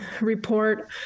report